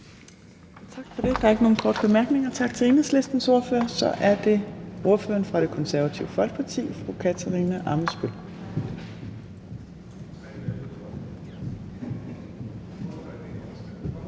Torp): Der er ikke nogen korte bemærkninger. Tak til Enhedslistens ordfører. Så er det ordføreren fra Det Konservative Folkeparti, fru Katarina Ammitzbøll.